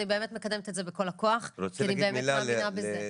אני באמת מקדמת את זה בכל הכוח כי אני באמת מאמינה בזה.